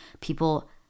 people